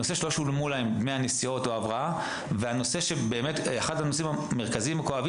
על זה שלא שולמו להם דמי נסיעות או דמי הבראה והנושא המרכזי שיש,